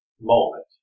moment